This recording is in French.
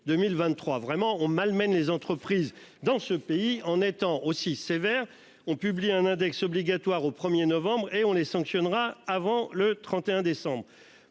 Vraiment on malmène les entreprises dans ce pays en étant aussi sévère, on publie un index obligatoire au 1er novembre et on les sanctionnera, avant le 31 décembre.